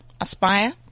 Aspire